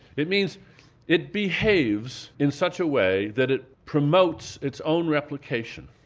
it means it behaves in such a way that it promotes its own replication.